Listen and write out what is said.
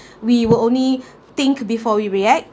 we will only think before we react